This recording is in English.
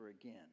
again